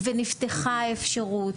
ונפתחה האפשרות,